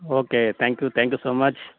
okay thank you thank you so much